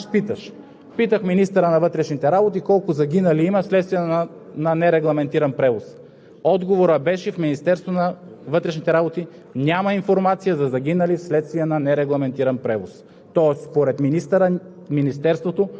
и колко хора има загинали вследствие на нерегламентиран превоз, си позволих да питам отново двамата министри, защото, като не знаеш, питаш. Питах министъра на вътрешните работи колко загинали има вследствие на нерегламентиран превоз.